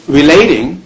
relating